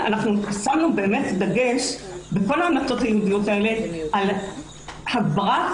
שמנו דגש בכל ההמלצות הייעודיות האלה על הגברת